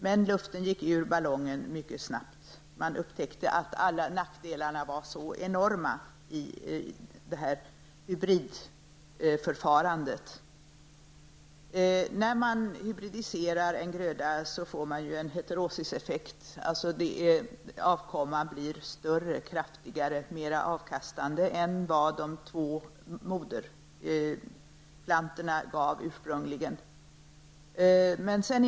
Man upptäckte mycket snart att nackdelarna med hybridförfarandet var enorma. När man hybridiserar en gröda får man ju heterosiseffekt, dvs. den effekten att avkomman blir större, kraftigare och mera avkastande än de två ursprungliga moderplantorna.